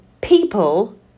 people